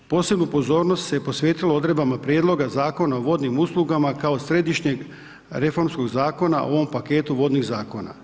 Posebnu pozornost se posvetilo odredbama Prijedloga Zakona o vodnim uslugama kao središnjeg reformskog zakona o ovom paketu vodnih zakona.